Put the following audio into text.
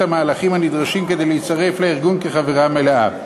המהלכים הנדרשים כדי להצטרף לארגון כחברה מלאה.